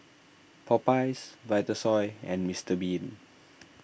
Popeyes Vitasoy and Mister Bean